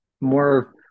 more